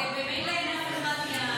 ממילא אין אף אחד מהקואליציה.